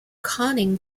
conning